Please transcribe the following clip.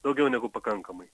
daugiau negu pakankamai